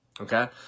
Okay